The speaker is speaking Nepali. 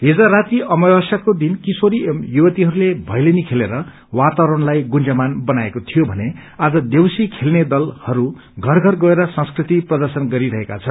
जि राति अमवस्याको दिन किशोरी एवं युवतीहरूले भैलेनी खेलेर वतावरणलाई गुजंयमान बनाएको थियो भने आज देवसी दलहरू घर घर गएर संस्कृति प्रर्दशन गरिरहेका छन्